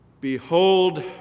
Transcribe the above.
Behold